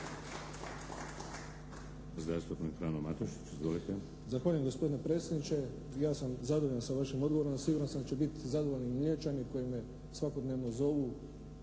izvolite. **Matušić, Frano (HDZ)** Zahvaljujem gospodine predsjedniče. Ja sam zadovoljan sa vašim odgovorom. Siguran sam da će biti zadovoljni i Mljećani koji me svakodnevno zovu